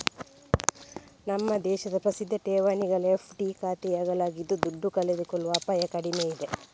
ನಮ್ಮ ದೇಶದ ಪ್ರಸಿದ್ಧ ಠೇವಣಿಗಳು ಎಫ್.ಡಿ ಖಾತೆಗಳಾಗಿದ್ದು ದುಡ್ಡು ಕಳೆದುಕೊಳ್ಳುವ ಅಪಾಯ ಕಡಿಮೆ ಇದೆ